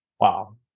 Wow